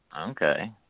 Okay